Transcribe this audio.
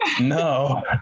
No